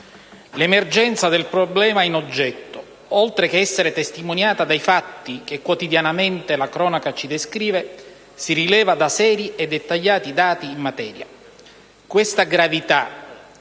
L'emergenza del problema in oggetto, oltre che essere testimoniata dai fatti che quotidianamente la cronaca ci descrive, si rileva da seri e dettagliati dati in materia. Questa gravità,